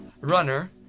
runner